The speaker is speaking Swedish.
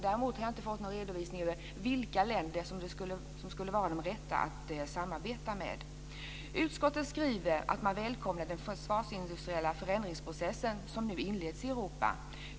Däremot har jag inte fått någon redovisning av vilka länder som det skulle vara rätt att samarbeta med. Utskottet skriver att man välkomnar den försvarsindustriella förändringsprocess som nu inleds i Europa.